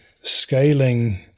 scaling